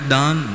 done